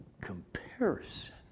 comparison